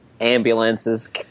Ambulances